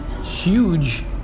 huge